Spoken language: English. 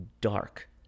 dark